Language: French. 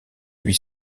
huit